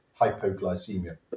hypoglycemia